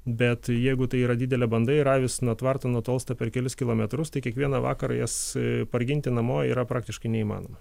bet jeigu tai yra didelė banda ir avys nuo tvarto nutolsta per kelis kilometrus tai kiekvieną vakarą jas parginti namo yra praktiškai neįmanoma